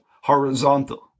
horizontal